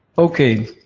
okay,